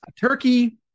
Turkey